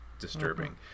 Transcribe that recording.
disturbing